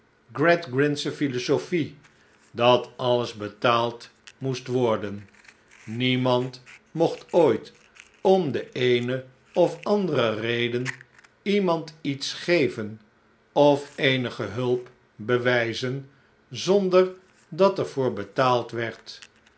gradgrindsche philosophie dat alles betaald moestworden niemand mocht ooit om de eene of andere reden iemand iets geven of eenige hulp bewijzen zonder dat er voor betaald werd